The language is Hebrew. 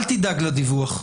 אל תדאג לדיווח.